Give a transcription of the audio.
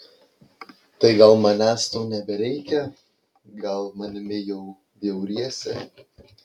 tai gal manęs tau nebereikia gal manimi jau bjauriesi